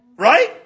Right